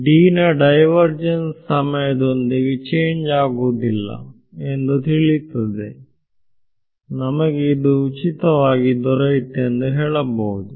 Dನ divergence ಸಮಯದೊಂದಿಗೆ change ಆಗುವುದಿಲ್ಲ ಎಂದು ತಿಳಿಯುತ್ತದೆ ನಮಗೆ ಇದು ಉಚಿತವಾಗಿ ದೊರೆಯಿತೆಂದು ಹೇಳಬಹುದು